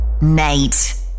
Nate